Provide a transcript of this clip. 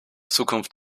zukunft